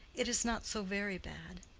it is not so very bad.